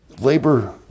labor